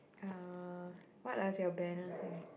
uh what does your banner say